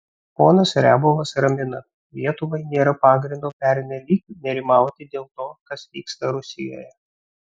ponas riabovas ramina lietuvai nėra pagrindo pernelyg nerimauti dėl to kas vyksta rusijoje